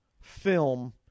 film